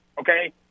Okay